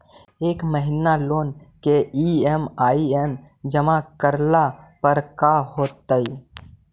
एक महिना लोन के ई.एम.आई न जमा करला पर का होतइ?